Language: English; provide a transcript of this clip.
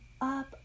up